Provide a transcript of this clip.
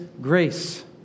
grace